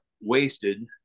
wasted